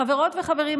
חברות וחברים,